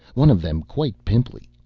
one of them quite pimply.